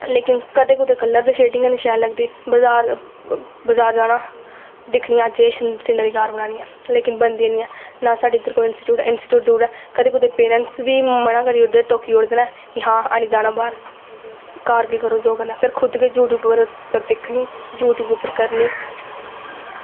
लेकिन कदें कुदै कलर दी शेडिगां हैनी शैल लगदी बज़ार बजार जाना दिक्खनियां अज्ज एह् सीनरियां बनानियां लेकिन बनदियां निं ऐ नां साढ़े इद्धर कोई इंस्टीटयूट ऐ इंस्टीटयूट दूर ऐ कदें कुदै पेरैंटस बी मना करी ओड़दे टोकी ओड़दे न कि हां ऐनी जाना बाह्र घर गै करो जो करना ऐ फिर खुद गै यूट्यूब पर दिक्खनी यूट्यूब उप्पर करनी